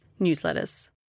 newsletters